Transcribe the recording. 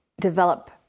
develop